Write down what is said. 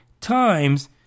times